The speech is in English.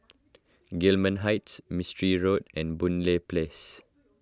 Gillman Heights Mistri Road and Boon Lay Place